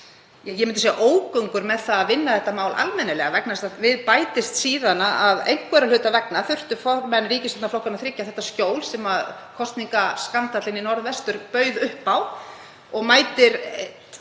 ég myndi segja ógöngur með að vinna þetta mál almennilega vegna þess að við bætist síðan að einhverra hluta vegna þurftu formenn ríkisstjórnarflokkanna þriggja þetta skjól sem kosningaskandallinn í Norðvesturkjördæmi bauð upp á. Nú mæta þeir